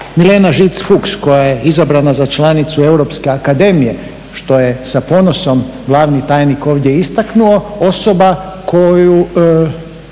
Milena Žic Fuchs koja je izabrana za članicu Europske akademije što je sa ponosom glavni tajnik ovdje istaknuo osoba koju